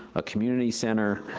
a community center,